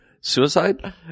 Suicide